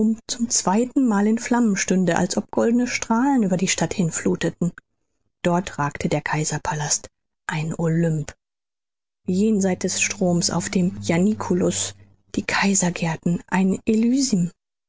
zum zweiten mal in flammen stünde als ob goldige strahlen über die stadt hinflutheten dort ragte der kaiserpalast ein olymp jenseit des stroms auf dem janiculus die kaisergärten ein